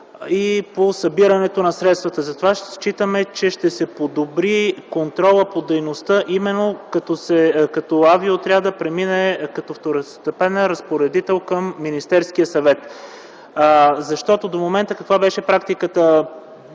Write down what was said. и по събирането на средствата. Затова считаме, че ще се подобри контролът по дейността именно като Авиоотрядът премине като второстепенен разпоредител към Министерския съвет. До момента каква беше практиката?